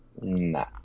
Nah